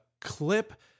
clip